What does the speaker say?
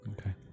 Okay